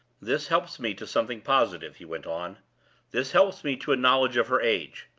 this helps me to something positive, he went on this helps me to a knowledge of her age.